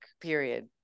period